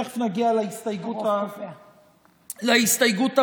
תכף נגיע להסתייגות הבאה,